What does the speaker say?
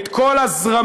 את כל הזרמים,